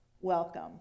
welcome